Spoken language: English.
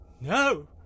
No